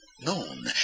known